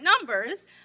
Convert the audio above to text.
numbers